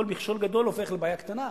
כל מכשול גדול הופך לבעיה קטנה.